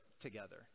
together